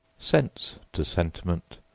sense to sentiment,